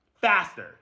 faster